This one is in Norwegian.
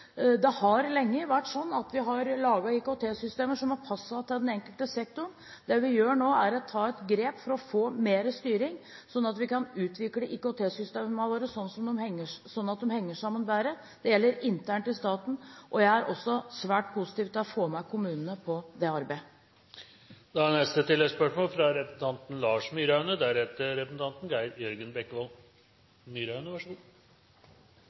Det har lenge vært sånn at vi har laget IKT-systemer som har passet til den enkelte sektor. Det vi gjør nå, er å ta et grep for å få mer styring sånn at vi kan utvikle IKT-systemene våre så de henger bedre sammen. Det gjelder internt i staten, og jeg er også svært positiv til å få med kommunene på det arbeidet. Lars Myraune – til oppfølgingsspørsmål. Statsråden sa i sitt svar på hovedspørsmålet at det holder ikke med store ord, og det er vi ganske så